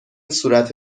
صورت